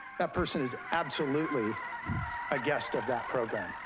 that person is absolutely a guest of that program,